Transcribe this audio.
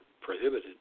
prohibited